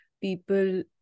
people